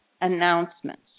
announcements